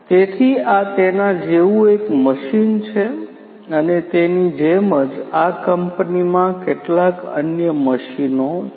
તેથી આ તેના જેવું એક મશીન છે અને તેની જેમ જ આ કંપનીમાં કેટલાક અન્ય મશીનો છે